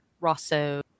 Rosso